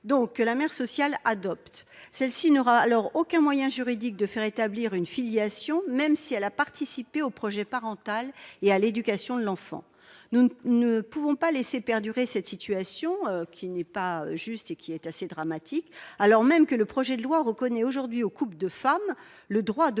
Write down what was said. opposé. La mère sociale n'aura alors aucun moyen juridique de faire établir une filiation, même si elle a participé au projet parental et à l'éducation de l'enfant. Nous ne pouvons pas laisser perdurer cette situation injuste et assez dramatique alors même que le projet de loi reconnaît aux couples de femmes le droit de